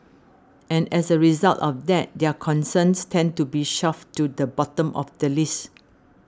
and as a result of that their concerns tend to be shoved to the bottom of the list